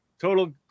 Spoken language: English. total